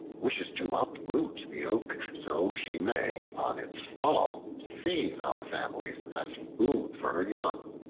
wishes to uproot the oak, so she may on its fall seize our families as food for her young.